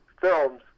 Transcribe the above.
films